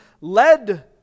led